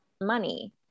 money